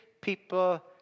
people